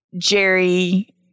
Jerry